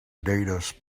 data